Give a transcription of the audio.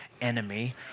enemy